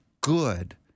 good